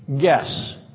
Guess